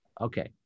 okay